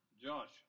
Josh